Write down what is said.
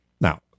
Now